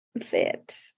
fit